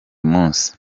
munsi